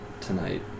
tonight